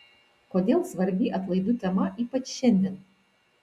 kodėl svarbi atlaidų tema ypač šiandien